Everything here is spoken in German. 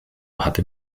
hatte